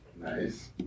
Nice